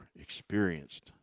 experienced